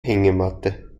hängematte